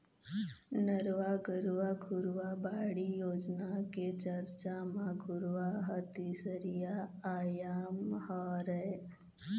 नरूवा, गरूवा, घुरूवा, बाड़ी योजना के चरचा म घुरूवा ह तीसरइया आयाम हरय